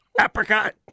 apricot